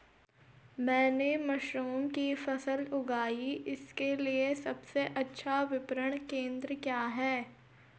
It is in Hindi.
मैंने मशरूम की फसल उगाई इसके लिये सबसे अच्छा विपणन केंद्र कहाँ है?